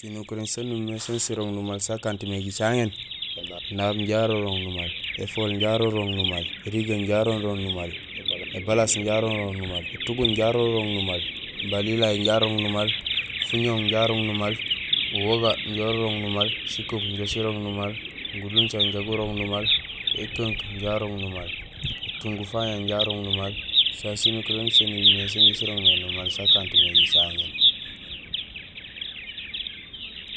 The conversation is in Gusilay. Sinukuréén saan numimé sén sirooŋ numaal sakanut mé jicaŋéén: énaab inja arorong numaal, éfool inja raorong numaal, érigee inja arorong numaal, ébalaas inja arorong numaal, étuguñ inja arorong numaal, balilay inja arorong numaal, fuñooñ inja arorong numaal, uwoga inja sirong numaal, sikuub inja sirong numaal, gulunja inja gurong numaal, ékunk inja arong numaal, étunkufaña inja arong numaal, sasé sinukuréén so nimiir mé sonja sirong mé numaal sa kanut mé jicaŋéén